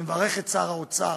ומברך את שר האוצר,